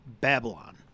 Babylon